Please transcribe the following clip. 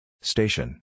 Station